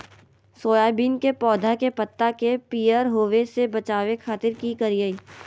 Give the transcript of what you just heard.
Soybean के पौधा के पत्ता के पियर होबे से बचावे खातिर की करिअई?